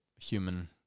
human